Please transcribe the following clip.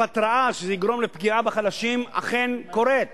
ההתרעה שזה יגרום לפגיעה בחלשים, אכן קורית,